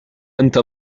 أنت